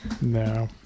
no